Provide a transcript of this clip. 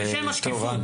בשם השקיפות.